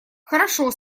хорошо